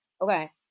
Okay